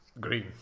Green